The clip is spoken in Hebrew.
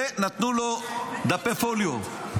ונתנו לו דפי פוליו.